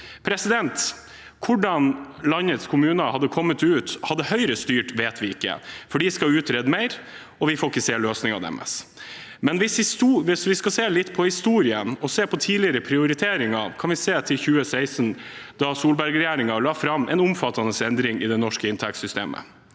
Nordland. Hvordan landets kommuner hadde kommet ut hvis Høyre hadde styrt, vet vi ikke, for de skal utrede mer, og vi får ikke se løsningen deres, men hvis vi ser litt på historien og på tidligere prioriteringer, kan vi se til 2016, da Solberg-regjeringen la fram en omfattende endring i det norske inntektssystemet.